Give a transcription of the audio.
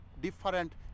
different